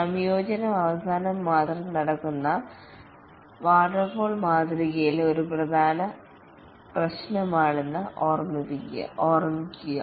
സംയോജനം അവസാനം മാത്രം നടന്ന വെള്ളച്ചാട്ടത്തിന്റെ മാതൃകയിലെ ഒരു പ്രധാന പ്രശ്നമാണിതെന്ന് ഓർമ്മിക്കുക